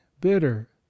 bitter